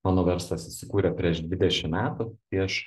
mano verslas įsikūrė prieš dvidešim metų iš